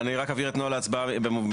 אני רק אבהיר את נוהל ההצבעה כשמצביעים